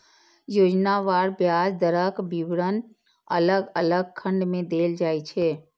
योजनावार ब्याज दरक विवरण अलग अलग खंड मे देल जाइ छै